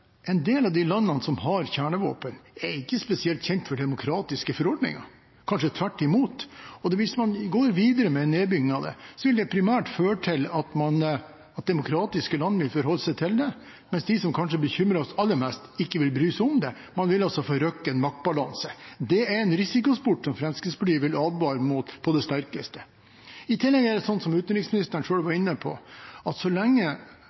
en del av landene som har kjernevåpen, ikke er spesielt kjent for demokratiske forordninger – kanskje tvert imot. Hvis man går videre med en nedbygging, vil det primært føre til at demokratiske land vil forholde seg til det, mens de som kanskje bekymrer oss aller mest, ikke vil bry seg om det. Man vil altså forrykke en maktbalanse. Det er en risikosport Fremskrittspartiet vil advare mot på det sterkeste. I tillegg er det sant, som utenriksministeren selv var inne på, at så lenge